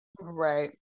Right